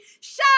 Show